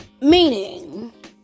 meaning